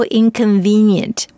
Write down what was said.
inconvenient